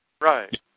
Right